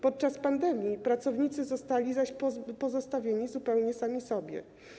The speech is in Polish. Podczas pandemii pracownicy zostali zaś pozostawieni sami sobie.